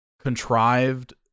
contrived